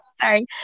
Sorry